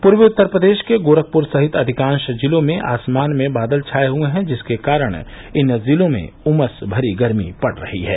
पूर्वी उत्तर प्रदेश के गोरखपुर सहित अधिकांश जिलों में आसमान में बादल छाये हुये हैं जिसके कारण इन जिलों में उमस भरी गर्मी पड़ रही है